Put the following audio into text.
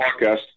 podcast